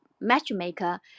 matchmaker